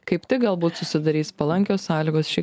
kaip tik galbūt susidarys palankios sąlygos ši